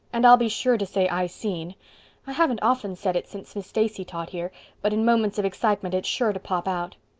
and i'll be sure to say i seen i haven't often said it since miss stacy taught here but in moments of excitement it's sure to pop out.